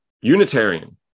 Unitarian